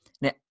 Now